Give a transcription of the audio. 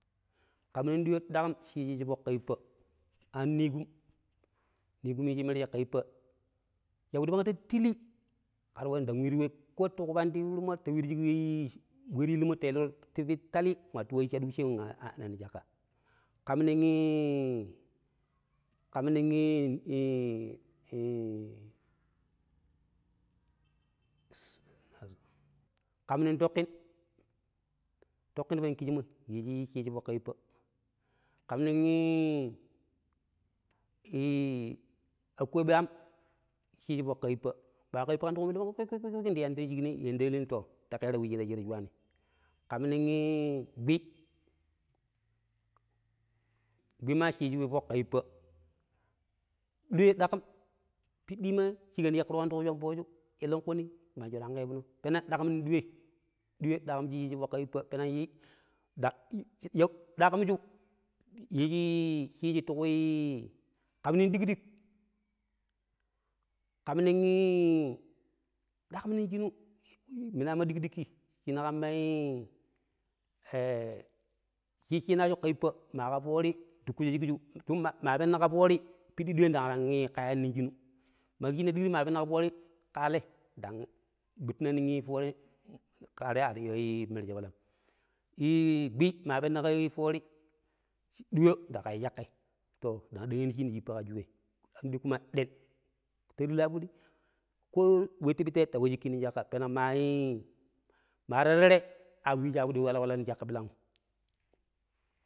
﻿Kam nong diyo daƙam shi ciiji foƙ ƙa yippa. Ano niigum, niigum yiiji merje ƙa yippa yapiɗi pangta tilii, ƙera waani ɗang weeru we ƙo tuƙu pandi yuuru ta wiiru shik we ti illimo ta illiru shik we tali nwattu shaɗu wecce nwa'aɗɗina nong caƙƙa. Ƙam nong ƙam nong twoƙƙin, twoƙƙin kijimoi ciiji fok ka yippa. ƙam nong akoobe ya'am ciiji fok ƙa yiipa. Maa ƙa yippa ƙen dang ƙuma elei pang kpee-ƙe-ƙe ƙek ndi yando shikini yando eleeni to, ta ƙeera wuciina shira shwaani. Ƙam nong i gbwi, gbwi maa ciiji we foƙ ƙa yippa. Duyoi ɗaƙam piɗɗi maa shikaano sheƙƙurunon tuƙu shombooju, eleƙuni manjo tamgƙo ivuno peweng ɗakam nong ɗiyoi ɗuyoi ɗakam nong shi ciiji foƙ ƙa yippa peneng daƙamju yiiji ciiji tuƙui i ƙam nong ɗigɗik, ƙam nong iii ɗakam nong shinu, minaama digdikki shinu kamamai iii ciiji ciinaaju ka yippa maa ka foori ntukkujo shikju don maa penne ka foori piddi diyoi dang ran kayaani nong shinu ma kiji shinna digdik maa penne ka foori kaalai dang gbuttina non foori kaalai ar iya yu merje walam. Ii gbwi maa penne foori diyo ndii kayu cakkai to, dang dagheeni shiini yippa ƙa cu wei andoi kuma ɗen ta tili ya fuɗi koo we ti pittai ndang wa shikki nong caƙƙa, peneng maa i maa ta tere a wiiji yapiɗi wala-wala nong caƙƙa bilang'um.